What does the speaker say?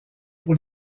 pour